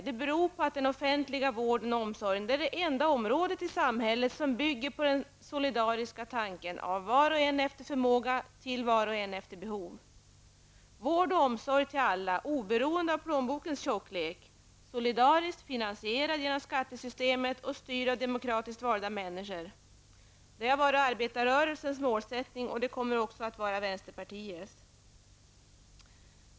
Det beror på att den offentliga vården och omsorgen är det enda området i samhället som bygger på den solidariska tanken, från var och en efter förmåga till var och en efter behov. Vård och omsorg till alla -- oberoende av plånbokens tjocklek -- solidariskt finansierad genom skattesystemet och styrd av demokratiskt valda människor har varit arbetarrörelsens målsättning, och det kommer också att vara vänsterpartiets.